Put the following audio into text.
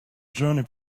journey